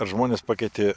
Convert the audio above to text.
ar žmonės pakeitė